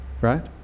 right